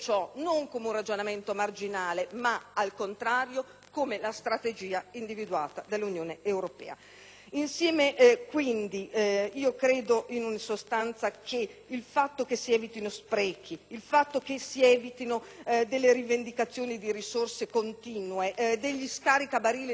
ma al contrario come la strategia fondamentale individuata dall'Unione europea. Credo, in sostanza, che il fatto che si evitino sprechi, il fatto che si evitino delle rivendicazioni di risorse continue e degli "scaricabarile" di responsabilità sia un'opportunità